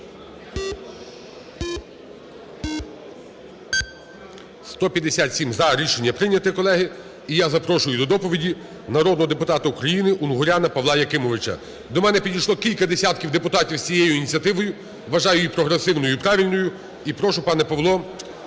За-157 Рішення прийнято, колеги. І я запрошую до доповіді народного депутата України Унгуряна Павла Якимовича. До мене підійшло кілька десятків депутатів з цією ініціативою, вважаю її прогресивною і правильною. І прошу, пане Павло,